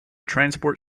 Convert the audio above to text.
transport